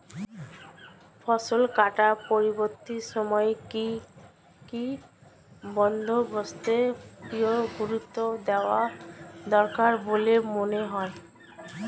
ফসল কাটার পরবর্তী সময়ে কি কি বন্দোবস্তের প্রতি গুরুত্ব দেওয়া দরকার বলে মনে হয়?